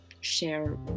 share